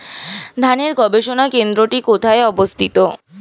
ধানের গবষণা কেন্দ্রটি কোথায় অবস্থিত?